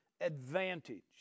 advantage